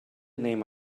name